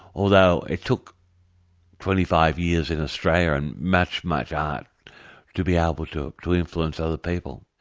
although it took twenty five years in australia and much, much art to be able to to influence other people.